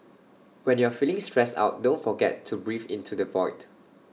when you are feeling stressed out don't forget to breathe into the void